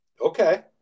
Okay